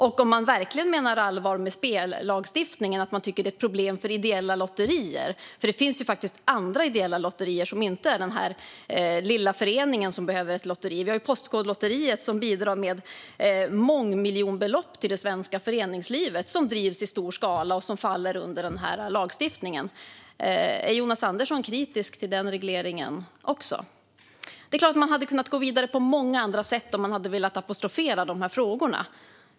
Och om man verkligen menar allvar med spellagstiftningen, att man tycker att den är ett problem för ideella lotterier, hur ser man då på att det faktiskt finns andra ideella lotterier som inte är den här lilla föreningen som behöver ett lotteri? Vi har ju Svenska Postkodlotteriet - som bidrar med mångmiljonbelopp till det svenska föreningslivet - som drivs i stor skala och som faller under den här lagstiftningen. Är Jonas Andersson kritisk till den regleringen också? Man hade kunnat gå vidare på många andra sätt om man hade velat apostrofera dessa frågor.